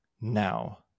now